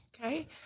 Okay